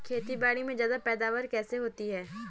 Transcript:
खेतीबाड़ी में ज्यादा पैदावार कैसे होती है?